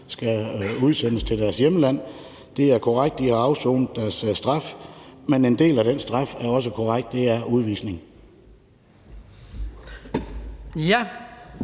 skal udsendes til deres hjemland. Det er korrekt, at de har afsonet deres straf, men det er også korrekt, at en del